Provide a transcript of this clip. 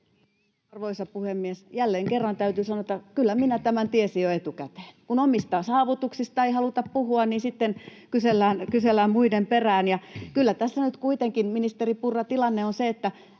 Arvoisa puhemies! Jälleen kerran täytyy sanoa, että kyllä minä tämän tiesin jo etukäteen. Kun omista saavutuksista ei haluta puhua, niin sitten kysellään muiden perään. Kyllä tässä nyt kuitenkin,